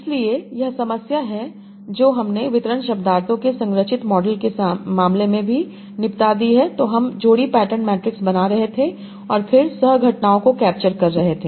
इसलिए यह समस्या है जो हमने वितरण शब्दार्थों के संरचित मॉडल के मामले में भी निपटा दी है जो हम जोड़ी पैटर्न मैट्रिक्स बना रहे थे और फिर सह घटनाओं को कैप्चर कर रहे थे